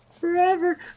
Forever